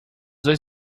dois